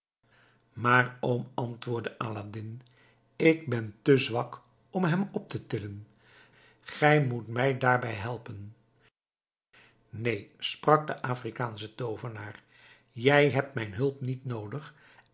maar oom antwoordde aladdin ik ben te zwak om hem op te tillen gij moet mij daarbij helpen neen sprak de afrikaansche toovenaar jij hebt mijn hulp niet noodig